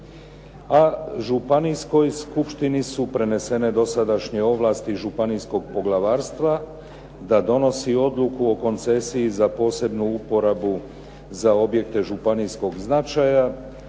a županijskoj skupštini su prenesene dosadašnje ovlasti županijskog poglavarstva, da donosi odluku o koncesiji za posebnu uporabu za objekte županijskog značaja,